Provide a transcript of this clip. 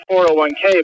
401k